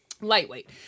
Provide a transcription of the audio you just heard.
Lightweight